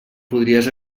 podries